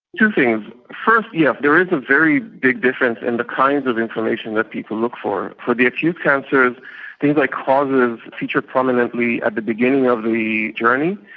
two things. first, yes, there is a very big difference in the kinds of information that people look for. for the acute cancers things like causes feature prominently at the beginning of the journey,